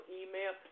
email